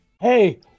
Hey